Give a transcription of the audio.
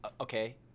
okay